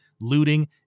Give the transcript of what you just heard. looting